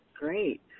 Great